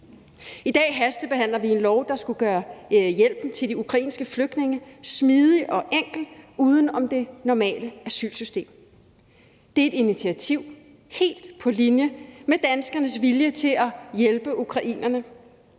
I dag førstebehandler vi en lov, der skulle gøre hjælpen til de ukrainske flygtninge smidig og enkel uden om det normale asylsystem. Det er et initiativ helt på linje med danskernes vilje til at hjælpe ukrainerne,